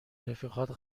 رفیقات